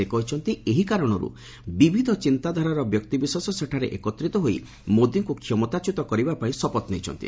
ସେ କହିଛନ୍ତି ଏହି କାରଣରୁ ବିବିଧ ଚିନ୍ତାଧାରାର ବ୍ୟକ୍ତିବିଶେଷ ସେଠାରେ ଏକତ୍ରିତ ହୋଇ ମୋଦିଙ୍କୁ କ୍ଷମତାଚ୍ୟୁତ କରିବା ପାଇଁ ଶପଥ ନେଇଛନ୍ତି